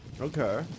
Okay